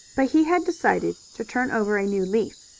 but he had decided to turn over a new leaf,